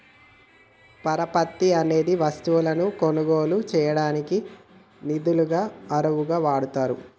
పరపతి అనేది వస్తువులను కొనుగోలు చేయడానికి నిధులను అరువుగా వాడతారు